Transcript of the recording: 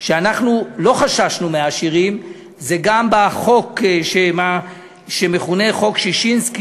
שאנחנו לא חששנו מהעשירים גם בחוק שמכונה "חוק ששינסקי",